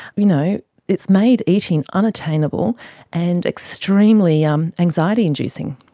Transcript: you know it's made eating unattainable and extremely um anxiety inducing.